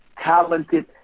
talented